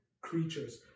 creatures